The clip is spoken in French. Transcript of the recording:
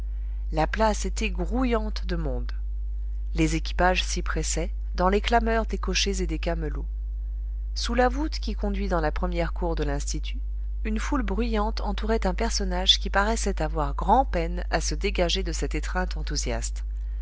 la place était grouillante de monde les équipages s'y pressaient dans les clameurs des cochers et des camelots sous la voûte qui conduit dans la première cour de l'institut une foule bruyante entourait un personnage qui paraissait avoir grand-peine à se dégager de cette étreinte enthousiaste